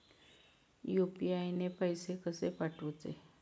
UPI ने पैशे कशे पाठवूचे?